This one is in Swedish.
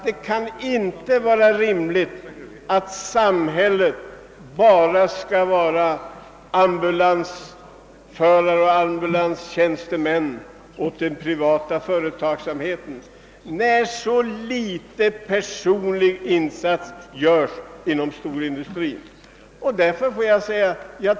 Det kan inte vara rimligt att samhället bara skall vara ambulansförare och sjukvårdare åt den privata företagsamheten, när så ringa personlig insats görs från storindustrins sida gentemot arbetskraften.